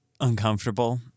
uncomfortable